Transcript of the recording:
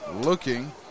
looking